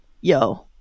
yo